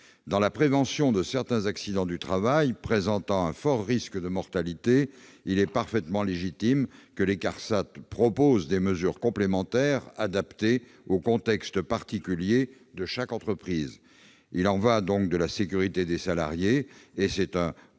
Dans la prévention de certains accidents du travail présentant un fort risque de mortalité, il est parfaitement légitime que les CARSAT proposent des mesures complémentaires adaptées au contexte particulier de chaque entreprise. Il y va de la sécurité des salariés, et il revient